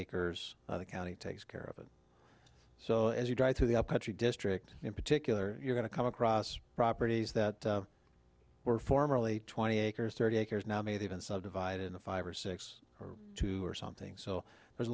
acres the county takes care of it so as you drive through the up country district in particular you're going to come across properties that were formerly twenty acres thirty acres now maybe even subdivided into five or six or two or something so there's a